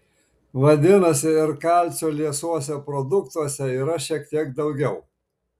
vadinasi ir kalcio liesuose produktuose yra šiek tiek daugiau